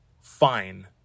fine